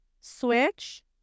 Switch